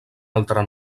altre